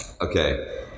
Okay